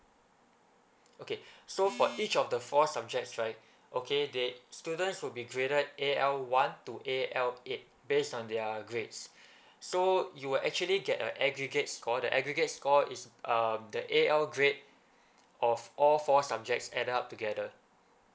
okay so for each of the four subjects right okay they students will be graded A_L one to A_L eight based on their grades so you will actually get a aggregate score the aggregate score is uh the A_L grade of all for subjects add up together